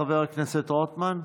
חבר הכנסת רוטמן,